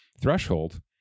threshold